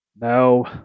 No